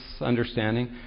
understanding